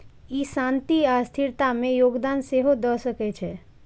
ई शांति आ स्थिरता मे योगदान सेहो दए सकै छै